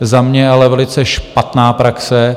Za mě ale velice špatná praxe.